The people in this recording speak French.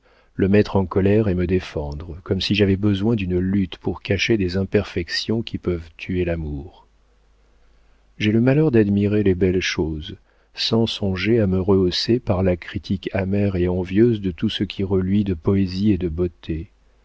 le mettre en colère et me défendre comme si j'avais besoin d'une lutte pour cacher des imperfections qui peuvent tuer l'amour j'ai le malheur d'admirer les belles choses sans songer à me rehausser par la critique amère et envieuse de tout ce qui reluit de poésie et de beauté